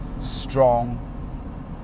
strong